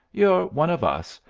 you're one of us.